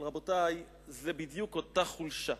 אבל, רבותי, זה בדיוק אותה חולשה,